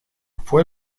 fue